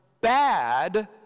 bad